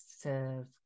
serve